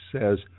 says